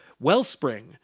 wellspring